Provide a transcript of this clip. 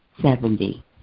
Seventy